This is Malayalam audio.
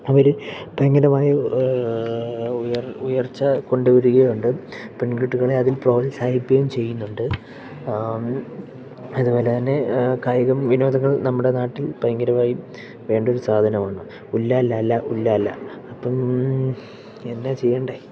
അവർ ഭയങ്കരമായി ഉയർ ഉയർച്ച കൊണ്ട് വരികയുണ്ട് പെൺകുട്ടികളെ അതിൽ പ്രോത്സാഹിപ്പിക്കുകയും ചെയ്യുന്നുണ്ട് അതു പോലെ തന്നെ കായികം വിനോദങ്ങൾ നമ്മുടെ നാട്ടിൽ ഭയങ്കരമായി വേണ്ടൊരു സാധനമാണ് ഇല്ലാല്ലല്ല ഉല്ലാല്ല അപ്പം എന്നാ ചെയ്യണ്ടേ